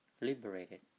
liberated